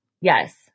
Yes